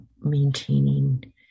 maintaining